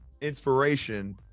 inspiration